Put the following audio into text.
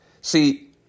See